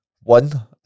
one